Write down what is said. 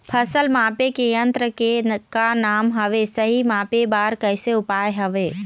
फसल मापे के यन्त्र के का नाम हवे, सही मापे बार कैसे उपाय हवे?